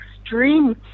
extreme